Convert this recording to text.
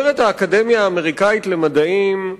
אומרת האקדמיה האמריקנית למדעים,